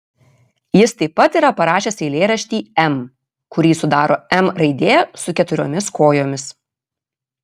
jis taip pat yra parašęs eilėraštį m kurį sudaro m raidė su keturiomis kojomis